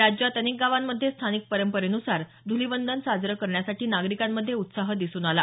राज्यात अनेक गावांमध्ये स्थानिक परंपरेनुसार धुलिवंदन साजरं करण्यासाठी नागरिकांमध्ये उत्साह दिसून आला